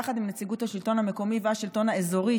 יחד עם נציגות השלטון המקומי והשלטון האזורי,